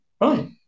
right